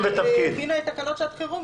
כשהתקינה את תקנות שעת החירום,